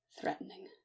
Threatening